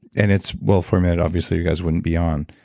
and it's well-formulated, obviously you guys wouldn't be on.